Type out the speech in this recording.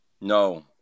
No